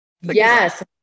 Yes